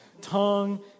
Tongue